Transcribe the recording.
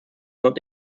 not